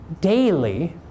daily